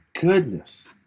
goodness